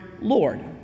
Lord